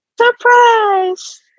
Surprise